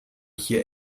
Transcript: hier